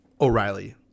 O'Reilly